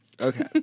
Okay